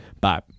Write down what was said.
Bye